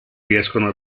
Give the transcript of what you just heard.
riescono